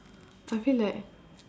I feel like